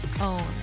own